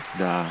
da